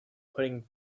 putting